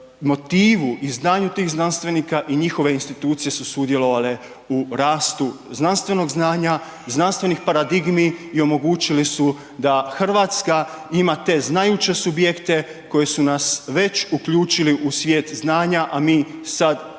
motivu i znanju tih znanstvenika i njihove institucije su sudjelovale u rastu znanstvenog znanja, znanstvenih paradigmi i omogućili su da RH ima te znajuće subjekte koji su nas već uključili u svijet znanja, a mi sad ovim